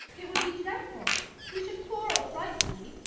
it would be dreadful we should quarrel frightfully,